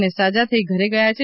અને સાજા થઇ ઘરે ગયા છે